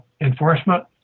enforcement